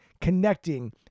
connecting